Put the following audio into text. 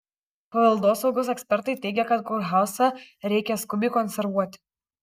paveldosaugos ekspertai teigia kad kurhauzą reikia skubiai konservuoti